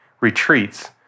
retreats